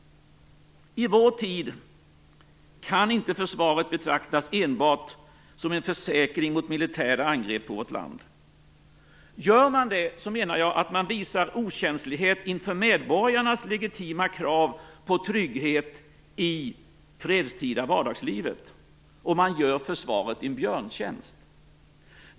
I vår tid kan inte försvaret betraktas enbart som en försäkring mot militära angrepp på vårt land. Gör man det menar jag att man visar okänslighet inför medborgarnas legitima krav på trygghet i det fredstida vardagslivet, och man gör försvaret en björntjänst.